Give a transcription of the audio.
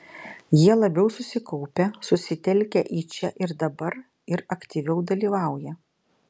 jie labiau susikaupę susitelkę į čia ir dabar ir aktyviau dalyvauja